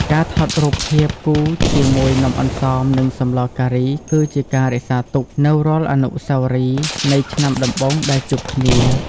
ការថតរូបភាពគូជាមួយនំអន្សម និងសម្លការី គឺជាការរក្សាទុកនូវរាល់អនុស្សាវរីយ៍នៃ "ឆ្នាំដំបូងដែលជួបគ្នា"។